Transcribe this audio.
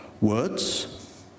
words